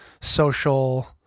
social